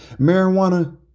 Marijuana